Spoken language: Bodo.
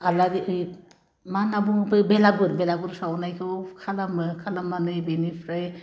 आलारि मा होन्ना बुङो बै बेलागुर बेलागुर सावनायखौ खालामो खालामनानै बेनिफ्राय